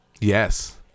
yes